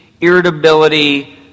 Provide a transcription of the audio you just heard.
irritability